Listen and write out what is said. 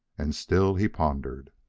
and still he pondered.